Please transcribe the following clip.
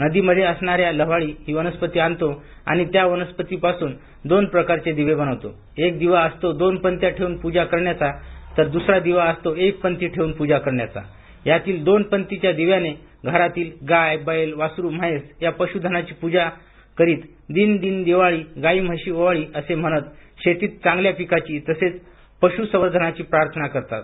नदी मध्ये असणाऱ्या लव्हाळी ही वनस्पती आणतो आणि त्या वनस्पती पासून दोन प्रकारचे दिवे बनवतो एक दिवा असतो दोन पणत्या ठेऊन पूजा करण्याचा तर दुसरा दिवा असतो एक पणती ठेवून पूजा करण्याचा यातील दोन पणतीच्या दिव्याने घरातील गाय बैल वासरू म्हैस या पश् धनाची पूजा दिन दिन दिवाळी गायी म्हशी ओवाळी असे म्हणत शेतीत चांगल्या पिकांची तसेच पशुसंवर्धनाची प्रार्थना करतात